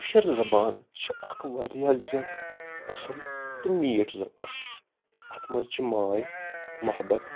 کٲشِر زَبان چھِ اَکھ واریاہ زیادٕ اصٕل تہٕ میٖٹھ زَبان اَتھ منٛز چھِ ماے محبت